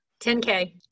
10K